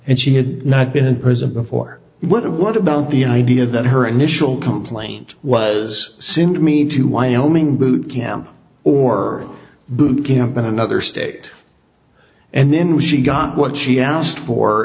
and she had not been in prison before what about the idea that her initial complaint was simply mean to wyoming boot camp or boot camp in another state and then when she got what she asked for